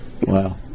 Wow